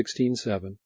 16.7